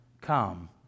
come